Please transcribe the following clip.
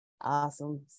Awesome